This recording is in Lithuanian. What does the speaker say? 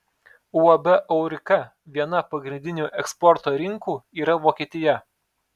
uab aurika viena pagrindinių eksporto rinkų yra vokietija